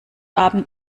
abend